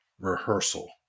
rehearsal